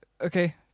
Okay